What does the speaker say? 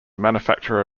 manufacturer